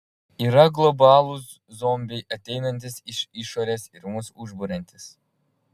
yra globalūs zombiai ateinantys iš išorės ir mus užburiantys